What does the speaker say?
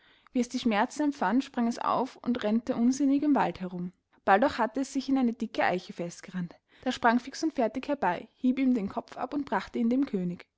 wie es die schmerzen empfand sprang es auf und rennte unsinnig im wald herum bald auch hatte es sich in eine dicke eiche festgerennt da sprang fix und fertig herbei hieb ihm den kopf ab und brachte ihn dem könig